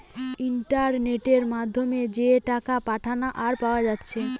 ইন্টারনেটের মাধ্যমে যে টাকা পাঠানা আর পায়া যাচ্ছে